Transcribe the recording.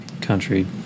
country